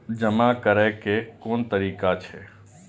जमा करै के कोन तरीका छै?